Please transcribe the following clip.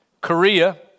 Korea